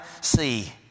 see